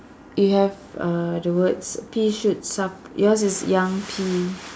you have uh the words pea shoots some yours is young pea